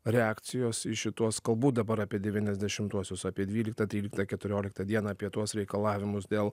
reakcijos į šituos kalbu dabar apie devyniasdešimtuosius apie dvyliktą tryliktą keturioliktą dieną apie tuos reikalavimus dėl